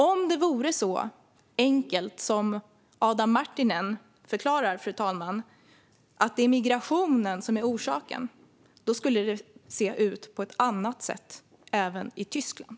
Om det vore så enkelt som Adam Marttinen förklarar, det vill säga att det är migrationen som är orsaken, skulle det se ut på ett annat sätt, även i Tyskland.